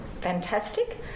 fantastic